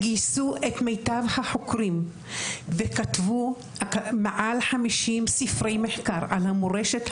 גייסו את מיטב החוקרים וכתבו מעל 50 ספרי מחקר על המורשת,